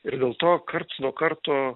ir dėl to karts nuo karto